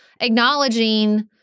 acknowledging